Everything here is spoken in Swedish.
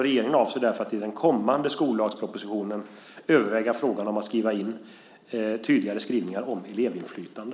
Regeringen avser därför att i den kommande skollagspropositionen överväga frågan om tydligare skrivningar om elevinflytande.